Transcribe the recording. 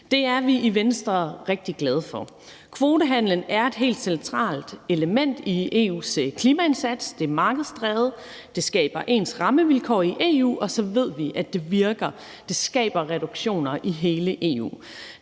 Det er vi i Venstre rigtig glade for. Kvotehandelen er et helt centralt element i EU's klimaindsats. Det er markedsdrevet. Det skaber ens rammevilkår i EU, og så ved vi, at det virker. Det skaber reduktioner i hele EU.